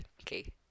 Okay